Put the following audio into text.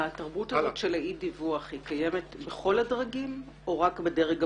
תרבות אי-הדיווח קיימת בכל הדרגים או רק בדרג הבכיר?